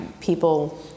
people